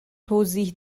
توضیح